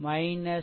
2